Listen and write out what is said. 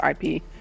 ip